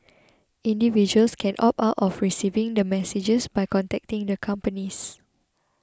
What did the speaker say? individuals can opt out of receiving the messages by contacting the companies